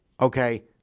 Okay